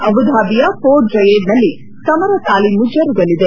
ಅಬುಧಾಬಿಯ port ಜಯೇದ್ನಲ್ಲಿ ಸಮರ ತಾಲೀಮು ಜರುಗಲಿದೆ